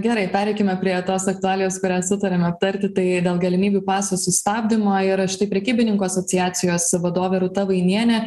gerai pereikime prie tos aktualijos kurią sutarėme aptarti tai dėl galimybių paso sustabdymo ir štai prekybininkų asociacijos vadovė rūta vainienė